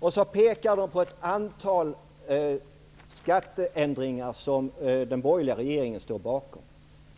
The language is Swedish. Sedan pekar man på ett antal skatteändringar som den borgerliga regeringen står bakom, t.ex.: